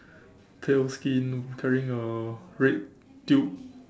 pale skin carrying a red tube